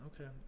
okay